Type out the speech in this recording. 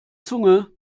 zunge